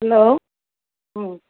hello অ'